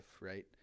right